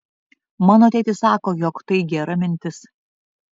mano tėtis sako jog tai gera mintis